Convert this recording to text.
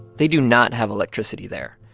they do not have electricity there,